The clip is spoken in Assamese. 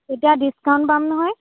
তেতিয়া ডিস্কাউণ্ট পাম নহয়